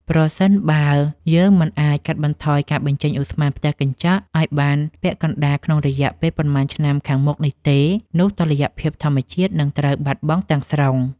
ប្រសិនបើយើងមិនអាចកាត់បន្ថយការបញ្ចេញឧស្ម័នផ្ទះកញ្ចក់ឱ្យបានពាក់កណ្ដាលក្នុងរយៈពេលប៉ុន្មានឆ្នាំខាងមុខនេះទេ នោះតុល្យភាពធម្មជាតិនឹងត្រូវបាត់បង់ទាំងស្រុង។